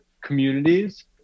communities